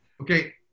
Okay